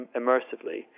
immersively